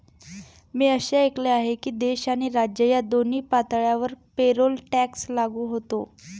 मी असे ऐकले आहे की देश आणि राज्य या दोन्ही पातळ्यांवर पेरोल टॅक्स लागू होतो